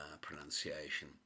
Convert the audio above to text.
pronunciation